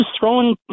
throwing